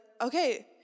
okay